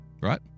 Right